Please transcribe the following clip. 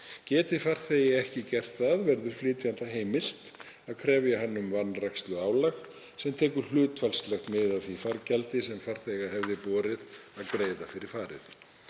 Geti farþegi ekki gert það verður flytjanda heimilt að krefja hann um vanræksluálag sem tekur hlutfallslegt mið af því fargjaldi sem farþega hefði borið að greiða fyrir farið.